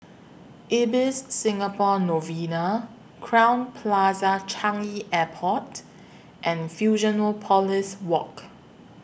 Ibis Singapore Novena Crowne Plaza Changi Airport and Fusionopolis Walk